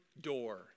door